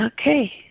Okay